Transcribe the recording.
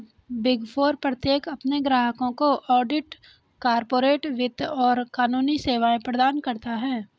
big four प्रत्येक अपने ग्राहकों को ऑडिट, कॉर्पोरेट वित्त और कानूनी सेवाएं प्रदान करता है